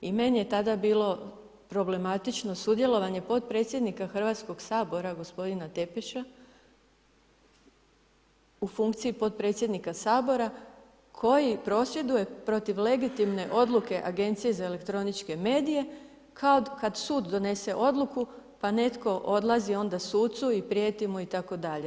I meni je tada bilo problematično sudjelovanje potpredsjednika Hrvatskog sabora gospodina Tepeša u funkciji potpredsjednika Sabora koji prosvjeduje protiv legitimne odluke Agencije za elektroničke medije kao kada sud donese odluku pa netko odlazi onda sucu i prijeti mu itd.